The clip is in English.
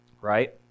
right